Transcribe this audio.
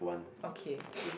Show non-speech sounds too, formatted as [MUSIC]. okay [NOISE]